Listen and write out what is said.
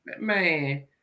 Man